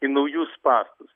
į naujus spąstus